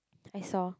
I saw